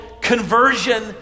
conversion